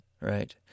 Right